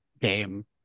game